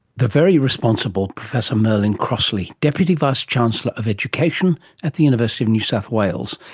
the very responsible professor merlin crossley, deputy vice-chancellor of education at the university of new south wales.